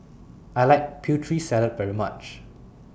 I like Putri Salad very much